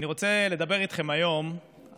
אני רוצה לדבר אתכם היום על,